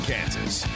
Kansas